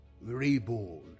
reborn